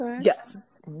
Yes